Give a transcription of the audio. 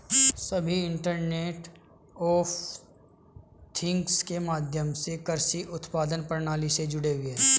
सभी internet of things के माध्यम से कृषि उत्पादन प्रणाली में जुड़े हुए हैं